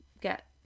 get